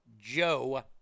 Joe